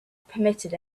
permitted